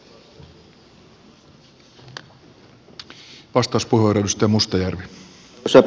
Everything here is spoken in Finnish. arvoisa puhemies